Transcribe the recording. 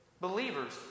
Believers